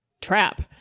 trap